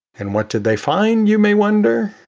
and what did they find you may wonder?